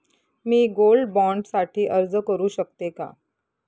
मी gold bond साठी अर्ज करु शकते का?